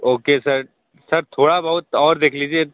okay sir sir थोड़ा बहुत और देख लीजिए